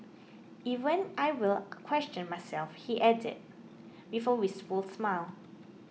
even I will question myself he added wistful smile